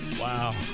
Wow